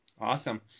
Awesome